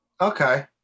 Okay